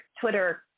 Twitter